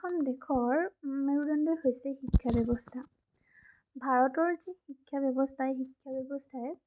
এখন দেশৰ মেৰুদণ্ডই হৈছে শিক্ষা ব্যৱস্থা ভাৰতৰ যি শিক্ষা ব্যৱস্থা এই শিক্ষা ব্যৱস্থাই